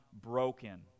broken